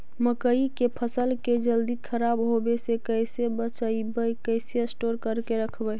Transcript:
मकइ के फ़सल के जल्दी खराब होबे से कैसे बचइबै कैसे स्टोर करके रखबै?